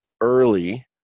early